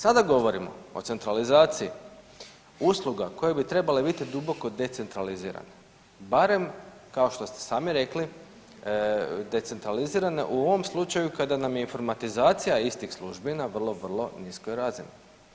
Sada govorimo o centralizaciji usluga koje bi trebale biti duboko decentralizirane barem kao što ste sami rekli decentralizirane u ovom slučaju kada nam je informatizacija istih službi na vrlo, vrlo niskoj razini.